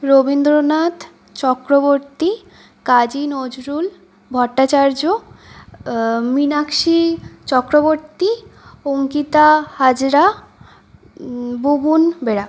Rabindranath Chakraborty Kazi Nazrul Bhattacharya Meenakshi Chakraborty Ankita Hazra Bubun Bera